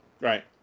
Right